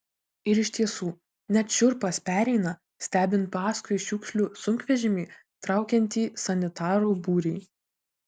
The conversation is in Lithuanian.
ir iš tiesų net šiurpas pereina stebint paskui šiukšlių sunkvežimį traukiantį sanitarų būrį